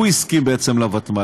הוא הסכים בעצם לוותמ"ל,